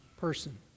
person